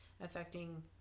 affecting